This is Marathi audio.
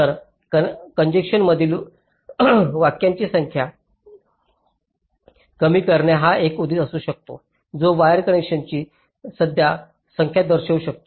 तर कनेक्शनमधील वाक्यांची संख्या कमी करणे हा एक उद्देश असू शकतो जो वायर कनेक्शनची संख्या दर्शवू शकतो